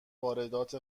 واردات